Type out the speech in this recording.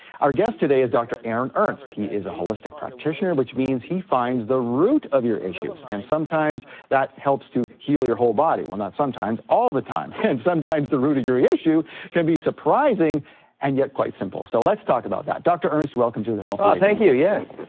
our guest today is dr. aaron ernst, he is a holistic practitioner, which means he finds the root of your issues and sometimes that helps to heal your whole body. well not sometimes, all the time, and sometimes the root of your issue can be surprising and yet quite simple, so let's talk about that. dr. ernst, welcome to the health awakening. oh thank you, yes.